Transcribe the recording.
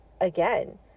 again